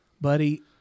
buddy